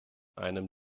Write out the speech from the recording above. einem